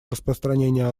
распространения